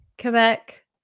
Quebec